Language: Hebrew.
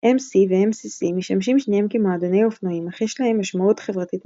MC ו-MCC משמשים שניהם כמועדוני אופנועים,